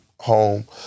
home